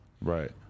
Right